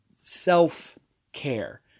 self-care